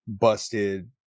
busted